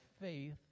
faith